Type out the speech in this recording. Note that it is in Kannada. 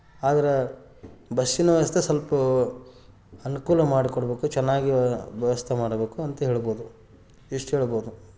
ಆದರೆ ಬಸ್ಸಿನ ವ್ಯವಸ್ಥೆ ಸ್ವಲ್ಪ ಅನುಕೂಲ ಮಾಡಿಕೊಡಬೇಕು ಚೆನ್ನಾಗಿ ವ್ಯವಸ್ಥೆ ಮಾಡಬೇಕು ಅಂತ ಹೇಳ್ಬೋದು ಇಷ್ಟು ಹೇಳ್ಬೋದು